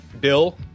Bill